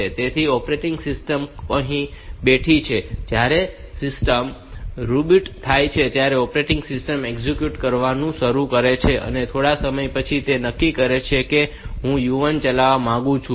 તેથી operating system અહીં બેઠી છે અને જ્યારે સિસ્ટમ રીબૂટ થાય છે ત્યારે ઑપરેટિંગ સિસ્ટમ્સ એક્ઝિક્યુટ કરવાનું શરૂ કરે છે અને થોડા સમય પછી તે નક્કી કરી શકે છે કે હવે હું u1 ચલાવવા માંગું છું